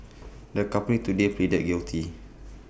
the company today pleaded guilty